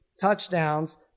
touchdowns